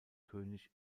könig